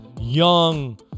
young